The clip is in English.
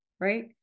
right